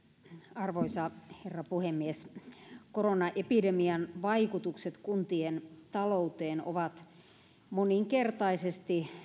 arvoisa herra puhemies koronaepidemian vaikutukset kuntien talouteen ovat moninkertaiset